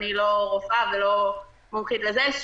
ואני לא רופאה ולא מומחית לזה,